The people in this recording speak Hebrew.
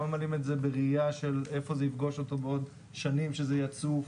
לא ממלאים את זה בראייה של איפה זה יפגוש אותו בעוד שנים כשזה יצוף.